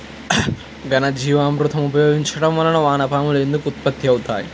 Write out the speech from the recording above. ఘనజీవామృతం ఉపయోగించటం వలన వాన పాములు ఎందుకు ఉత్పత్తి అవుతాయి?